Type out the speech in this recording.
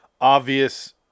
obvious